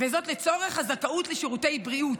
וזאת לצורך הזכאות לשירותי בריאות,